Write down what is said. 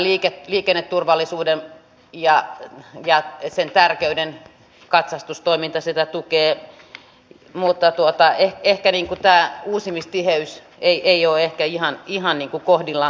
ymmärrän liikenneturvallisuuden ja sen tärkeyden katsastustoiminta sitä tukee mutta ehkä tämä uusimistiheys ei ole ihan kohdillaan tässä